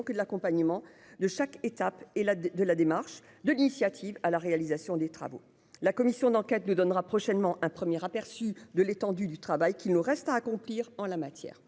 que de l'accompagnement de chaque étape et la de la démarche de l'initiative à la réalisation des travaux, la commission d'enquête nous donnera prochainement un premier aperçu de l'étendue du travail qu'il nous reste à accomplir en la matière,